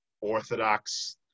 Orthodox